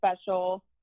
special